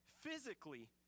physically